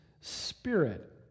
spirit